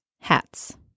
Hats